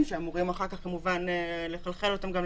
שאמורים אחר כך כמובן לחלחל אותם למטה.